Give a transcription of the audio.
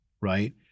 right